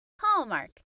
hallmark